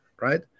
right